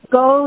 go